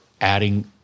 adding